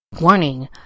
Warning